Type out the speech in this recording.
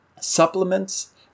supplements